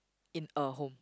in a home